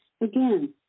Again